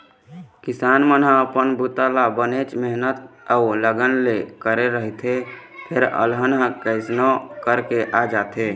किसान मन अपन बूता ल बनेच मेहनत अउ लगन ले करे रहिथे फेर अलहन ह कइसनो करके आ जाथे